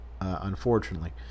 unfortunately